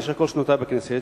במשך כל שנותי בכנסת,